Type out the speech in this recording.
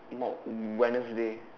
on Wednesday